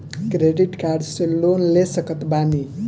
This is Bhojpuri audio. क्रेडिट कार्ड से लोन ले सकत बानी?